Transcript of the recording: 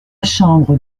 chambre